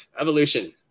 Evolution